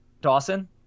Dawson